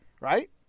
right